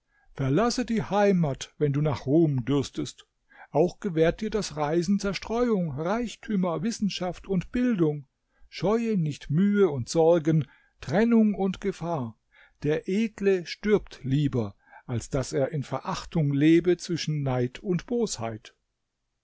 verlasse die heimat wenn du nach ruhm dürstest auch gewährt dir das reisen zerstreuung reichtümer wissenschaft und bildung scheue nicht mühe und sorgen trennung und gefahr der edle stirbt lieber als daß er in verachtung lebe zwischen neid und bosheit